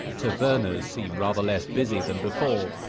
tavernas seem rather less busy than before.